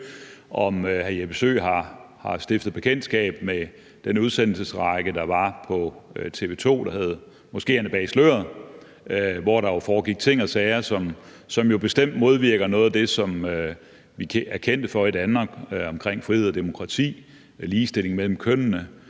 om hr. Jeppe Søe har stiftet bekendtskab med den udsendelsesrække, der var på TV 2, der hed »Moskeerne bag sløret«, hvor det jo sås, at der foregik ting og sager, som bestemt modvirker noget af det, som vi er kendte for i Danmark, omkring frihed og demokrati, ligestilling mellem kønnene,